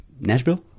Nashville